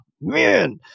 man